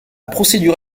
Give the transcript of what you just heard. procédure